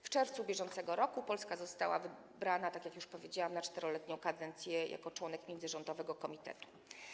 W czerwcu br. Polska została wybrana, tak jak już powiedziałam, na 4-letnią kadencję jako członek międzyrządowego komitetu.